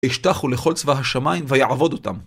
אשתחו לכל צבא השמיים ויעבוד אותם.